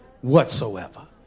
whatsoever